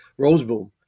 Roseboom